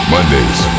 Mondays